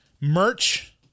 merch